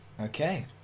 Okay